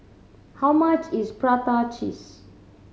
how much is prata cheese